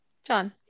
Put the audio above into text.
John